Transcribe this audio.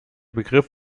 begriff